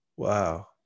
Wow